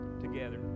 together